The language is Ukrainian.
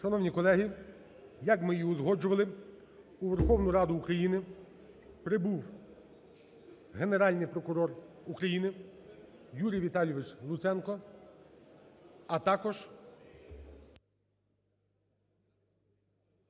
Шановні колеги, як ми і узгоджували, у Верховну Раду України прибув Генеральний прокурор України Юрій Віталійович Луценко, а також